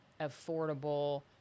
affordable